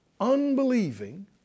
unbelieving